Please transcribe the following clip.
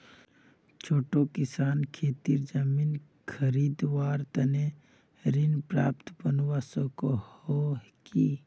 छोटो किसान खेतीर जमीन खरीदवार तने ऋण पात्र बनवा सको हो कि?